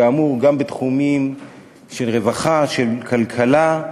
כאמור גם בתחומים של רווחה, של כלכלה,